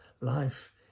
life